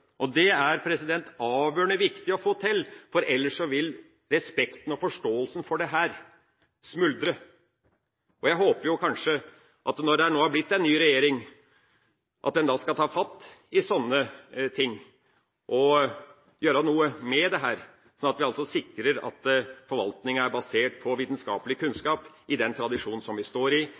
Det er det avgjørende viktig å få til, for ellers vil respekten og forståelsen for dette smuldre. Jeg håper jo kanskje at når det nå er blitt en ny regjering, skal en ta fatt i sånne ting og gjøre noe med det, sånn at vi sikrer at forvaltningen er basert på vitenskapelig kunnskap, i den tradisjon vi står i,